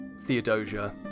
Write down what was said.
Theodosia